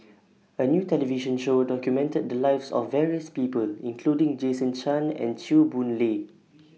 A New television Show documented The Lives of various People including Jason Chan and Chew Boon Lay